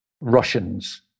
Russians